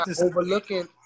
overlooking